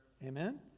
Amen